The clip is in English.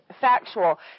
factual